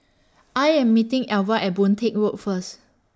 I Am meeting Elva At Boon Teck Road First